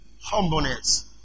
humbleness